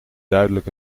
duidelijk